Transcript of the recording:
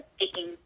speaking